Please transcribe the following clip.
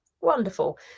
Wonderful